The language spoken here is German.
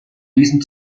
diesem